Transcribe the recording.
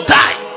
die